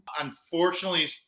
unfortunately